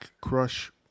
Crush